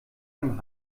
einem